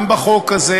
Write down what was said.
גם בחוק הזה,